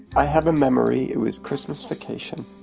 i have a memory, it was christmas vacation.